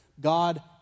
God